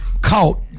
caught